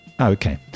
Okay